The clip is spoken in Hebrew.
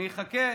אני אחכה,